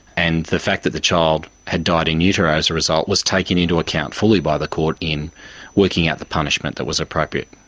and the fact that the child had died in utero as a result was taken into account fully by the court in working out the punishment that was appropriate.